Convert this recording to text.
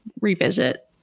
revisit